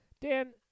Dan